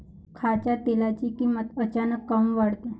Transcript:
खाच्या तेलाची किमत अचानक काऊन वाढते?